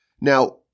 Now